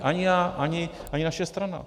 Ani já, ani naše strana.